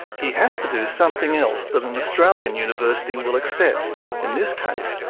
he has to do something else that an australian university will accept in this case,